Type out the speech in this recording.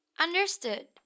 understood